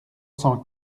cent